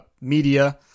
media